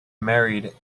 married